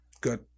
Good